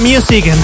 Music